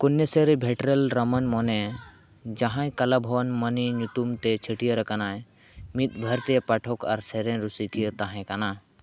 ᱠᱚᱱᱱᱮᱥᱮᱨᱤ ᱵᱷᱮᱴᱨᱚᱞ ᱨᱟᱢᱚᱱ ᱢᱚᱱᱮ ᱡᱟᱦᱟᱸᱭ ᱠᱟᱞᱟ ᱵᱷᱚᱱ ᱢᱳᱱᱤ ᱧᱩᱛᱩᱢᱛᱮ ᱪᱷᱟᱹᱴᱭᱟᱹᱨ ᱟᱠᱟᱱᱟᱭ ᱢᱤᱫ ᱵᱷᱟᱨᱛᱤᱭᱚ ᱯᱟᱴᱷᱚᱠ ᱟᱨ ᱥᱮᱨᱮᱧ ᱨᱩᱥᱤᱠᱤᱭᱟᱹ ᱛᱟᱦᱮᱸᱠᱟᱱᱟ